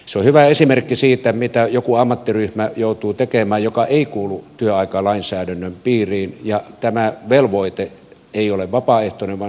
se on hyvä esimerkki siitä mitä joku ammattiryhmä joutuu tekemään mikä ei kuulu työaikalainsäädännön piiriin ja tämä velvoite ei ole vapaaehtoinen vaan se on pakollinen